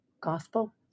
Gospel